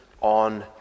on